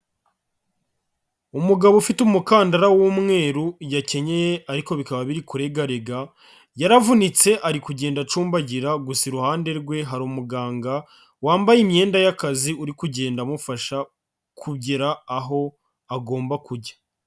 Umugabo ufite umukandara w'umweru yakenyenye ariko bikaba biri kuregarega, yaravunitse ari kugenda acumbagira gusa iruhande rwe hari umuganga wambaye imyenda y'akazi uri kugenda amufasha kugera aho agomba kujya.